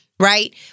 Right